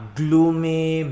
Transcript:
gloomy